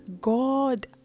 god